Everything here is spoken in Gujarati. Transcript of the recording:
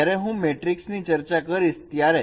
જ્યારે હું મેટ્રિક ની ચર્ચા કરીશ ત્યારે